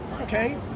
okay